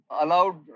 allowed